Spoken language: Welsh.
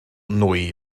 nwy